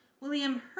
William